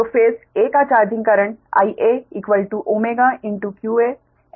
तो face a का charging current Ia ωqa∟900 है